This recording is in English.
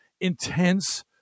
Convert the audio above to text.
intense